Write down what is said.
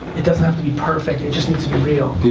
it doesn't have to be perfect, it just needs to be real. yeah.